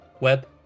web